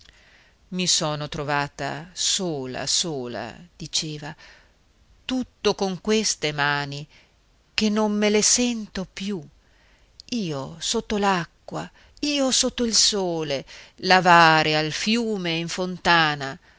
i sono trovata sola sola diceva tutto con queste mani che non me le sento più io sotto l'acqua io sotto il sole lavare al fiume e in fontana